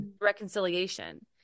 reconciliation